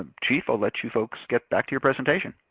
um chief, i'll let you folks get back to your presentation.